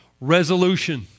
resolution